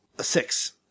Six